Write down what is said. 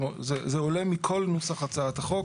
זה עולה מכל נוסח הצעת החוק.